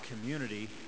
community